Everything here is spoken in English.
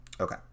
Okay